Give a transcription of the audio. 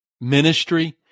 ministry